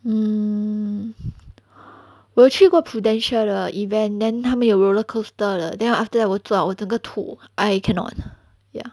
mm 我有去过 Prudential 的 event then 他们有 roller coaster 的 then after that 我坐我真的吐 I cannot lah ya